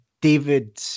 David